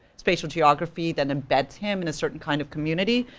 spatial geography, that embeds him and a certain kind of community,